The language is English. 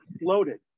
loaded